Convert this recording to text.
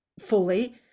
fully